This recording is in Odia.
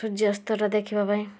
ସୂର୍ଯ୍ୟାସ୍ତ ର ଦେଖିବାପାଇଁ